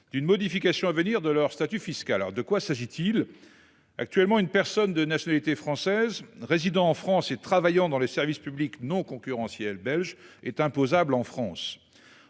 d'une modification à venir de leur statut fiscal. De quoi s'agit-il. Actuellement, une personne de nationalité française résidant en France et travaillant dans les services publics non concurrentielle belge est imposable en France.